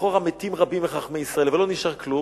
כשלכאורה מתים רבים מחכמי ישראל אבל לא נשאר כלום,